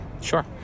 Sure